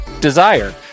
Desire